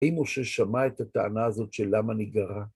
אם הוא ששמע את הטענה הזאת של למה נגרע.